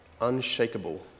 unshakable